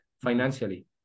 financially